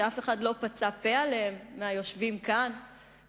שאף אחד מהיושבים כאן לא פצה פה עליהם,